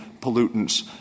pollutants